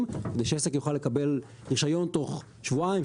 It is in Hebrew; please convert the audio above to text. כדי שהעסק יוכל לקבל רישיון תוך שבועיים,